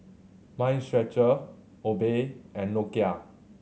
Mind Stretcher Obey and Nokia